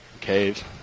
Caves